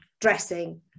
dressing